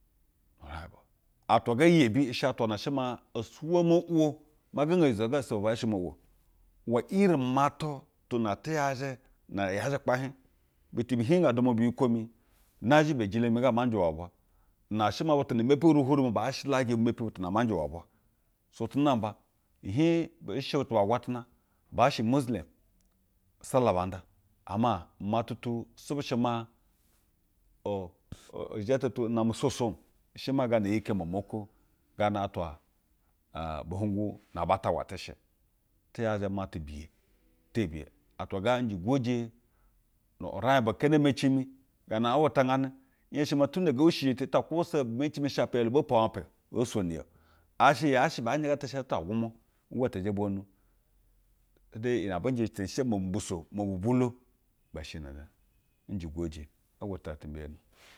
Aj atwa ga eyehi she atwa. Na shɛ maa uwo mo wo ma gnaga unyi zoga isevwɛ aba zha she mo wo uwe iri umatu tu na ate yaje na gaye ukpali butu bi hii nga dunwa, biyikwo mi. Nazhe biyejilo mi gana ama nje iwe nazhe biyejilo mi ga ama nje iwe bwa. Na she maa butu ne mepi yuhuj remibi baa shelaje bi mepi. Butu na ama nje e uwa ubwa. So, te namba ihiij nshe butu ba agwatana, baa she muslem. Usala baa nda. Ama umatu swube she maa u’u ujetɛ tu name soso sha maa gana iti ike umwamwa uko gana atwa buhoygan na batagwu ate she. Te oyaje umatu biye tebiye aka ga nje gwoje nubwa keeni emeci mi gaa na aa untagane. Nhen shi maa tunda ngee ushije eshe, nta kwube sa bi meci shape u ala boo mpo uwape o. Bee nsweni iyi o. Asha yaa shɛ baanje gaa ata asha nta wgumwa uuwa te zhe bwonu de iyi ne abe nje teni shi cej mo bu mbiso, mo tu vmulo ibe shenemi. Nje gwoje. Ga agwatana ti mbiyono